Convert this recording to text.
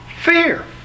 fear